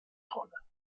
rolle